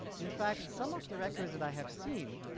in fact some of the records that i have seen,